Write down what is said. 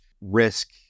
risk